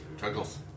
Chuckles